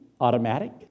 automatic